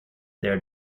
there